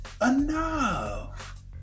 Enough